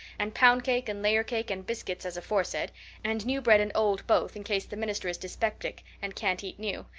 and pound cake and layer cake, and biscuits as aforesaid and new bread and old both, in case the minister is dyspeptic and can't eat new.